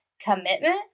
commitment